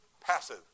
passive